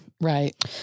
Right